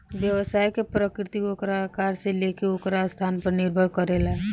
व्यवसाय के प्रकृति ओकरा आकार से लेके ओकर स्थान पर निर्भर करेला